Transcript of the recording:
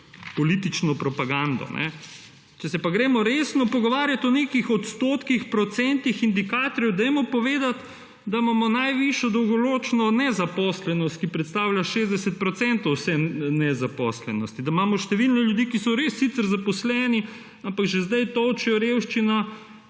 politično propagando. Če se pa gremo resno pogovarjat o nekih odstotkih, procentih indikatorjev, dajmo povedati, da imamo najvišjo dolgoročno nezaposlenost, ki predstavlja 60 procentov vse nezaposlenosti. Da imamo številne ljudi, ki so res sicer zaposleni, ampak že zdaj tolčejo revščino,